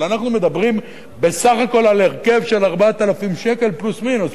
אבל אנחנו מדברים בסך הכול על הרכב של 4,000 שקל פלוס מינוס,